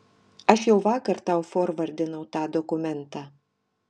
aš jau vakar tau forvardinau tą dokumentą